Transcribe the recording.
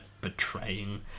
betraying